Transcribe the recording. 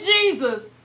jesus